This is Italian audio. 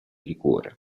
liquore